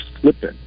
slipping